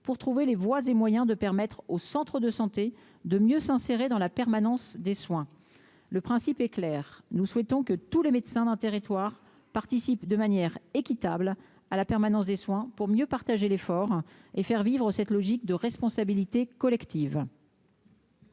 pour trouver les voies et moyens de permettre au Centre de santé de mieux s'insérer dans la permanence des soins, le principe est clair : nous souhaitons que tous les médecins d'un territoire participent de manière équitable à la permanence des soins pour mieux partager l'effort et faire vivre cette logique de responsabilité collective.